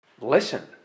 listen